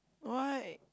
why